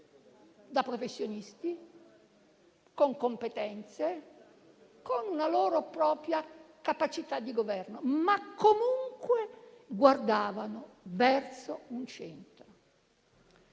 da professionisti, con competenze, con una loro propria capacità di governo, ma comunque guardavano verso un centro.